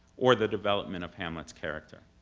or the development of hamlet's character.